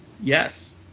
Yes